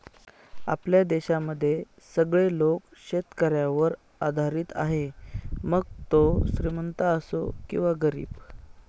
आपल्या देशामध्ये सगळे लोक शेतकऱ्यावर आधारित आहे, मग तो श्रीमंत असो किंवा गरीब